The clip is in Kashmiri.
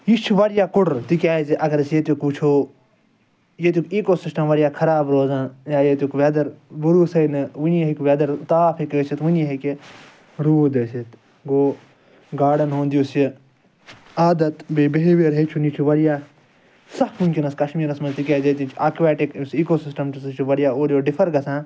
یہ چھُ واریاہ کُڑُر تکیازِ اگر أسۍ ییٚتیُک وٕچھو ییٚتیُک ایٖکو سِسٹَم واریاہ خراب روزان ییٚتیُک چیٚدَر بروسے نہٕ ونی ہیٚکہِ ویٚدَر تاپھ ہیٚکہِ ٲسِتھ ونی ہیٚکہِ روٗد ٲسِتھ گوٚو گاڈَن ہُنٛد یُس یہِ عادت بیٚیہِ بِہیویر یٖٚچھُن یہِ چھُ واریاہ سخ ونکیٚنَس کَشمیٖرَس مَنٛز کیازِ ییٚتِچ اکویٹِک یُس ایٖکو سِسٹَم چھُ سُہ چھُ اورٕ یورٕ واریاہ ڈِفَر گَژھان